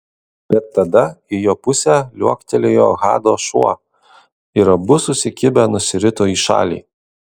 bet tada į jo pusę liuoktelėjo hado šuo ir abu susikibę nusirito į šalį